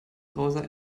browser